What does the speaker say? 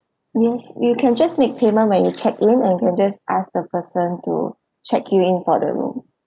yes you can just make payment when you check in and can just ask the person to check you in for the room